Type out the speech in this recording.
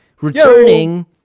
returning